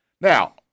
Now